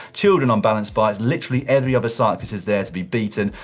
children on balance bikes. literally every other cyclist is there to be beaten.